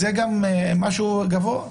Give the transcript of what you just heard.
גם זה קנס גבוה.